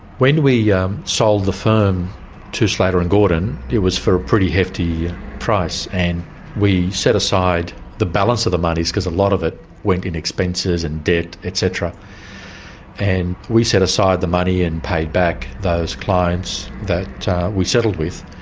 when we yeah um sold the firm to slater and gordon, it was for a pretty hefty price, and we set aside the balance of the moneys because a lot of it went in expenses and debt, et cetera and we set aside the money and paid back those clients that we settled with.